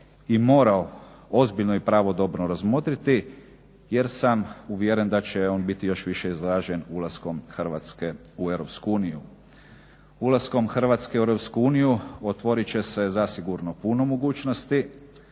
i morao ozbiljno i pravodobno razmotriti jer sam uvjeren da će on biti još više izražen ulaskom Hrvatske u EU. Ulaskom Hrvatske u EU otvorit će se zasigurno puno mogućnosti.